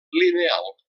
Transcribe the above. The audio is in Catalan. lineal